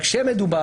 המשפט.